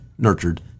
nurtured